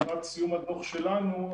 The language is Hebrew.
לקראת סיום הדוח שלנו,